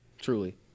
truly